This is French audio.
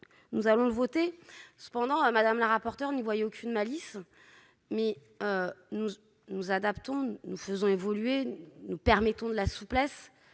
nous allons voter cependant à Madame la rapporteure, n'y voyez aucune malice, mais nous nous adaptons nous faisons évoluer, nous permettant de la souplesse,